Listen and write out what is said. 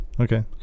Okay